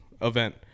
event